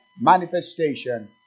manifestation